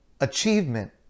achievement